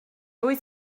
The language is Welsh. wyt